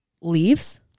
leaves